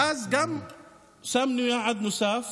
ואז גם שמנו יעד נוסף,